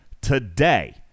today